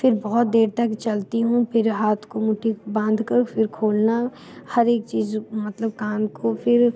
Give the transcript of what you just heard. फिर बहुत देर तक चलती हूँ फिर हाथ को मुठ्ठी बांध कर फिर खोलना हर एक चीज़ मतलब कान को फिर